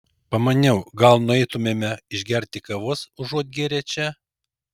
pamaniau gal nueitumėme išgerti kavos užuot gėrę čia